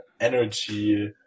energy